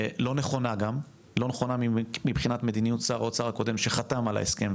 לא נכונה גם מבחינת מדיניות שר האוצר הקודם שחתם על ההסכם,